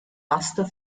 buster